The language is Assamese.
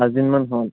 পাঁচ দিনমান হ'ল